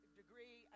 degree